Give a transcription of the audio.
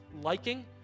liking